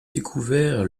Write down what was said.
découvert